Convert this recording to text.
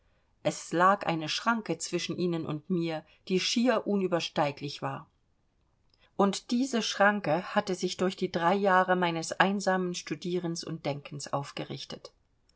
es lag eine schranke zwischen ihnen und mir die schier unübersteiglich war und diese schranke hatte sich durch die drei jahre meines einsamen studierens und denkens aufgerichtet